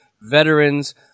veterans